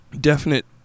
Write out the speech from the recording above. Definite